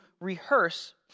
rehearse